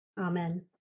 Amen